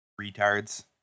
Retards